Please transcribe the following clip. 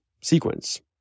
sequence